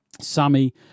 Sammy